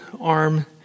arm